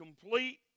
complete